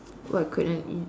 what could an E